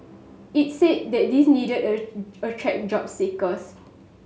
it said that this needed attract job seekers